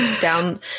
down